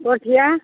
पोठिआ